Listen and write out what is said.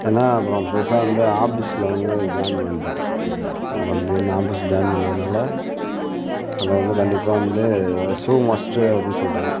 ஏன்னா இப்போ புதுசாக வந்து ஆஃபிஸ்ல வந்து ஜாய்ன் பண்ணிட்டேன் வந்து நான் ஆஃபிஸ் ஜாய்ன் பண்ணதனால அங்கே வந்து கண்டிப்பாக வந்து ஷூ மஸ்ட்டு அப்படினு சொல்லிட்டாங்க